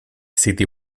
city